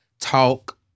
talk